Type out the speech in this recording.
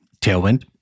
Tailwind